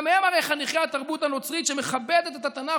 גם הם הרי חניכי התרבות הנוצרית שמכבדת את התנ"ך,